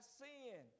sin